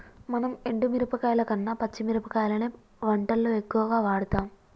మనం ఎండు మిరపకాయల కన్న పచ్చి మిరపకాయలనే వంటల్లో ఎక్కువుగా వాడుతాం